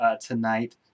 tonight